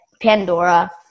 Pandora